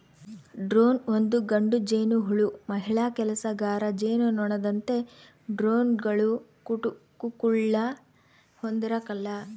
drone ಒಂದು ಗಂಡು ಜೇನುಹುಳು ಮಹಿಳಾ ಕೆಲಸಗಾರ ಜೇನುನೊಣದಂತೆ ಡ್ರೋನ್ಗಳು ಕುಟುಕುಗುಳ್ನ ಹೊಂದಿರಕಲ್ಲ